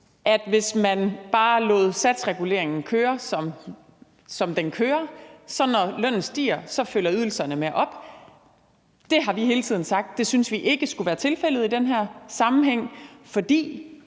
og hvis man bare lod satsreguleringen køre, som den kører, vil ydelserne følge med op, når lønnen stiger. Det har vi hele tiden sagt vi ikke synes skulle være tilfældet i den her sammenhæng, for